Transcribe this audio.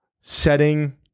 setting